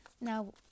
Now